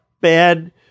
bad